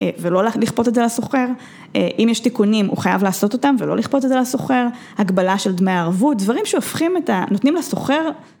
ולא לכפות את זה לסוחר, אם יש תיקונים הוא חייב לעשות אותם ולא לכפות את זה לסוחר, הגבלה של דמי ערבות, דברים שהופכים את ה... נותנים לסוחר.